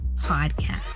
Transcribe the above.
Podcast